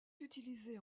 utilisé